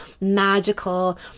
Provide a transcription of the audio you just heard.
magical